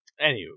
Anywho